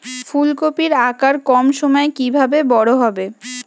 ফুলকপির আকার কম সময়ে কিভাবে বড় হবে?